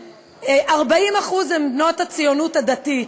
40% הם בנות הציונות הדתית,